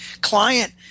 client